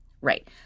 right